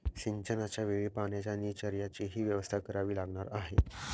सिंचनाच्या वेळी पाण्याच्या निचर्याचीही व्यवस्था करावी लागणार आहे